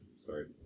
Sorry